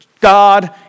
God